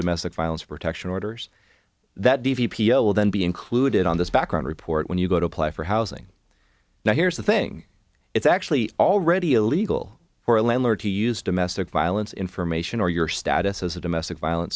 domestic violence protection orders that d v p o will then be included on this background report when you go to apply for housing now here's the thing it's actually already illegal for a landlord to use domestic violence information or your status as a domestic violence